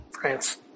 France